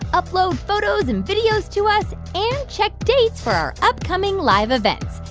upload photos and videos to us and check dates for our upcoming live events.